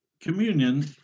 Communion